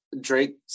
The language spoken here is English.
Drake